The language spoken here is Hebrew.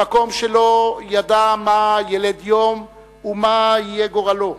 במקום שלא ידע מה ילד יום ומה יהיה גורלו,